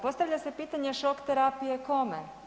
Postavlja se pitanje šok terapije kome?